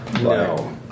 No